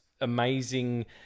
amazing